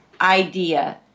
idea